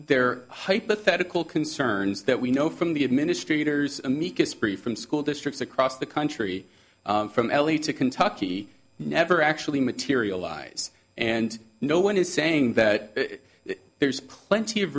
their hypothetical concerns that we know from the administrators amicus brief from school districts across the country from l a to kentucky never actually materialise and no one is saying that there's plenty of